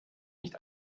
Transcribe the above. nicht